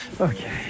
Okay